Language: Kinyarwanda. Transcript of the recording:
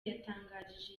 yatangarije